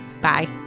Bye